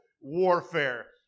warfare